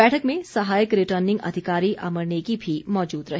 बैठक में सहायक रिटर्निंग अधिकारी अमर नेगी भी मौजूद रहे